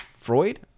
Freud